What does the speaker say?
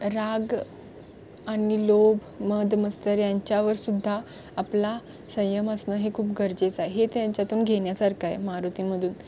राग आणि लोभ मद मत्सर यांच्यावरसुद्धा आपला संयम असणं हे खूप गरजेचं आहे हे त्यांच्यातून घेण्यासारखं आहे मारुतीमधून